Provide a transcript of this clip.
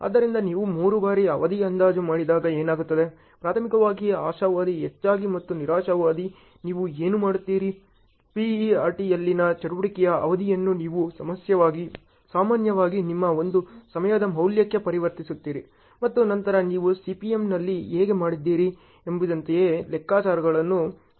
ಆದ್ದರಿಂದ ನೀವು ಮೂರು ಬಾರಿ ಅವಧಿ ಅಂದಾಜು ಮಾಡಿದಾಗ ಏನಾಗುತ್ತದೆ ಪ್ರಾಥಮಿಕವಾಗಿ ಆಶಾವಾದಿ ಹೆಚ್ಚಾಗಿ ಮತ್ತು ನಿರಾಶಾವಾದಿ ನೀವು ಏನು ಮಾಡುತ್ತೀರಿ PERT ಯಲ್ಲಿನ ಚಟುವಟಿಕೆಯ ಅವಧಿಯನ್ನು ನೀವು ಸಾಮಾನ್ಯವಾಗಿ ನಿಮ್ಮ ಒಂದು ಸಮಯದ ಮೌಲ್ಯಕ್ಕೆ ಪರಿವರ್ತಿಸುತ್ತೀರಿ ಮತ್ತು ನಂತರ ನೀವು CPMನಲ್ಲಿ ಹೇಗೆ ಮಾಡಿದ್ದೀರಿ ಎಂಬುದರಂತೆಯೇ ಲೆಕ್ಕಾಚಾರಗಳನ್ನು ಕಾರ್ಯಗತಗೊಳಿಸುತ್ತೀರಿ